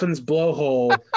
blowhole